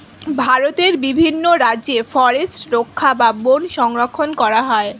ভারতের বিভিন্ন রাজ্যে ফরেস্ট রক্ষা বা বন সংরক্ষণ করা হয়